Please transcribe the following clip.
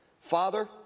Father